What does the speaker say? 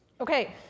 Okay